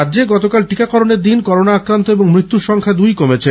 রাজ্যে গতকাল টিকাকরণের দিন করোনা আক্রান্ত এবং মৃত্যুর সংখ্যা দুইই কমেছে